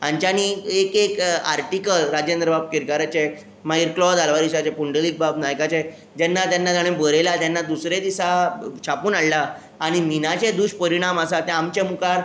हांच्यानी एक एक आर्टीकल राजेंद्र बाब केरकराचे मागीर क्लोद आल्वारीसाचे पुंडलीक बाब नायकाचे जेन्ना जेन्ना ताणें बरयलां दुसरें दिसां छापून हाडलां आनी मिनाचे दुश्पपरीणाम आसा ते आमच्या मुखार